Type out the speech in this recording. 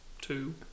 Two